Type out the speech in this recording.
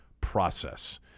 process